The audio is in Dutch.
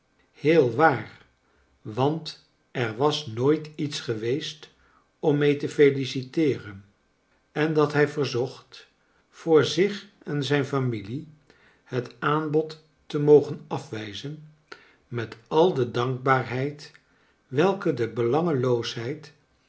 heel waar want er was nooit iets geweest om mee te feliciteeren en dat hij verzocht voor zich en zijn familie het aanbod te mogen afwijzen met al de dankbaarheid welke de